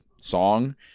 song